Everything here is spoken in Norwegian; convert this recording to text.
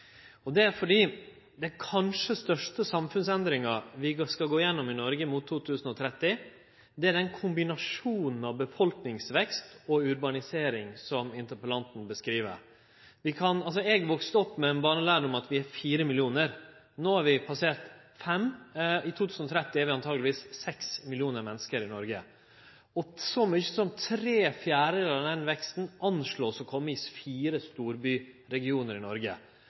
og han går no ut av Stortinget. Vi treng mange fleire med det same engasjementet i åra som kjem. Det er fordi den kanskje største samfunnsendringa vi skal gå igjennom i Noreg mot 2030, er den kombinasjonen av befolkningsvekst og urbanisering som interpellanten beskriv. Eg vaks opp med den barnelærdommen at vi er fire millionar menneske. No har vi passert fem millionar, og i 2030 er vi antakeleg seks millionar menneske i Noreg. Så mykje som tre fjerdedelar av den veksten